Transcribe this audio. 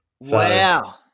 Wow